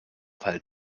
fall